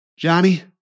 Johnny